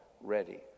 ready